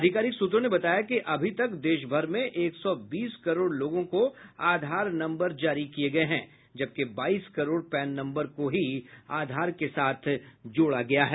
अधिकारिक सूत्रों ने बताया कि अभी तक देशभर में एक सौ बीस करोड़ लोगों को आधार नम्बर जारी किये गये हैं जबकि बाईस करोड़ पैन नम्बर को ही आधार के साथ जोड़ा गया है